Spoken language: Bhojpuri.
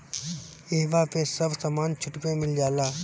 इहवा पे सब समान छुट पे मिल जाला